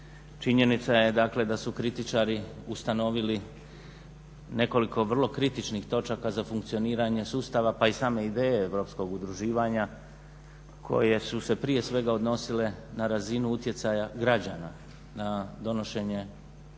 Činjenica je dakle da su kritičari ustanovili nekoliko vrlo kritičkih točaka za funkcioniranje sustava pa i same ideje europskog udruživanja koje su se prije svega odnosile na razinu utjecaja građana na donošenje i